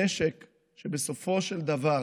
נשק שבסופו של דבר